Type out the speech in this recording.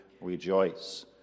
rejoice